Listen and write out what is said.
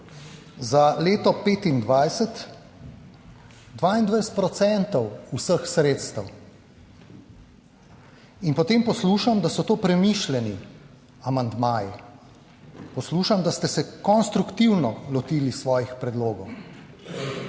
Za leto 2025, 22 % vseh sredstev in potem poslušam, da so to premišljeni amandmaji. Poslušam, da ste se konstruktivno lotili svojih predlogov.